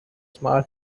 small